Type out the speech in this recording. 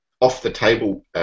off-the-table